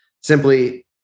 Simply